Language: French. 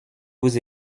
vous